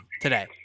today